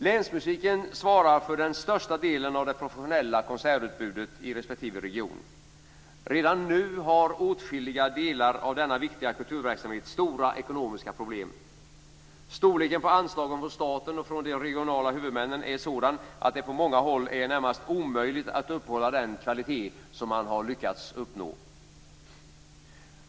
Länsmusiken svarar för den största delen av det professionella konsertutbudet i respektive region. Redan nu har åtskilliga delar av denna viktiga kulturverksamhet stora ekonomiska problem. Storleken på anslagen från staten och från de regionala huvudmännen är sådan att det på många håll är närmast omöjligt att uppehålla den kvalitet som man har lyckats uppnå.